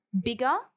bigger